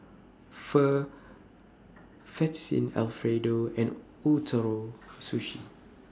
Pho Fettuccine Alfredo and Ootoro Sushi